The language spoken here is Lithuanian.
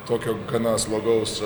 tokio gana slogaus